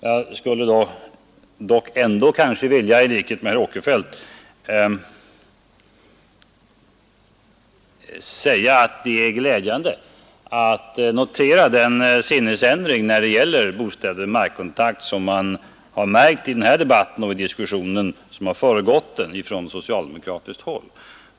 Jag skulle dock ändå vilja säga, i likhet med herr Å kerfeldt, att det är glädjande att kunna notera den sinnesändring när det gäller bostäder med markkontakt som man har märkt i den här debatten och i den diskussion som föregått den från socialdemokratiskt håll.